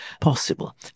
possible